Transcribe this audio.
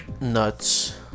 nuts